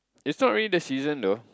it's not really the season though